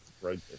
right